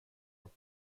och